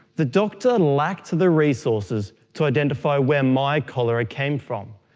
the doctor lacked the resources to identify where my cholera came from.